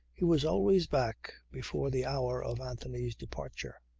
he was always back before the hour of anthony's departure.